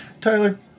Tyler